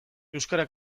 euskara